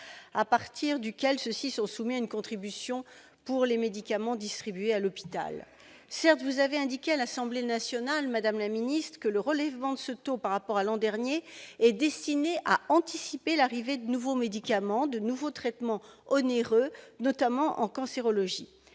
à partir duquel ceux-ci sont soumis à une contribution pour les médicaments distribués à l'hôpital. Certes, vous avez indiqué à l'Assemblée nationale, madame la ministre, que le relèvement de ce taux par rapport à l'an dernier était destiné à anticiper l'arrivée de nouveaux médicaments et de nouveaux traitements onéreux, notamment en cancérologie.